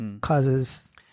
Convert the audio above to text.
causes